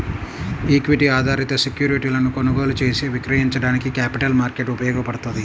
equity ఆధారిత సెక్యూరిటీలను కొనుగోలు చేసి విక్రయించడానికి క్యాపిటల్ మార్కెట్ ఉపయోగపడ్తది